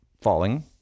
falling